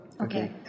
Okay